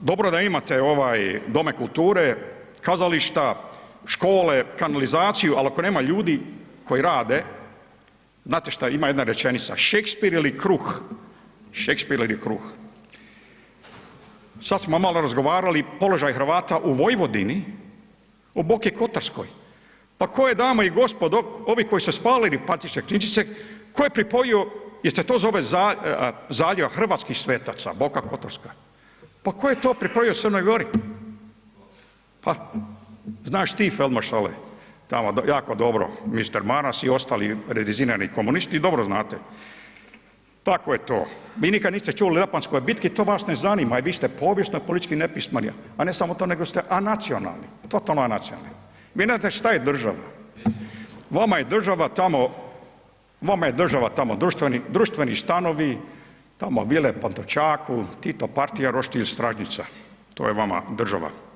dobro da imate ovaj dome kulture, kazališta, škole, kanalizaciju, al ako nema ljudi koji rade, znate šta ima jedna rečenica, Šekspir ili kruh, Šekspir ili kruh, sad smo malo razgovarali položaj Hrvata u Vojvodini u Boki Kotarskoj, pa tko je dame i gospodo ovi koji su spalili … [[Govornik se ne razumije]] tko je pripojio, jel se to zove zaljev hrvatskih svetaca Boka Kotarska, pa tko je to pripojio Crnoj Gori, pa znaš ti felmaš ovaj, tamo jako dobro mister Maras i ostali rezidirani komunisti, dobro znate, tako je to, vi nikad niste čuli o japanskoj bitki, to vas ne zanima i vi ste povijesno politički nepismeni, a ne samo to nego ste anacionalni, totalno anacionalni, vi ne znate šta je država, vama je država tamo, vama je država tamo društveni, društveni stanovi, tamo vile na Pantovčaku, Tito, partija, roštilj, stražnjica, to je vama država.